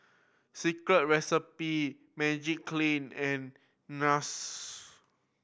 Secret Recipe Magiclean and Nars